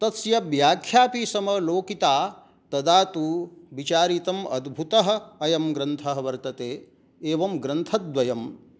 तस्य व्याख्यापि समलोकिता तदा तु विचारितम् अद्भुतः अयं ग्रन्थः एवं ग्रन्थद्वयं